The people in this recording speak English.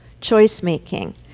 choice-making